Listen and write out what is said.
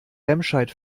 remscheid